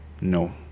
No